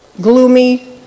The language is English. gloomy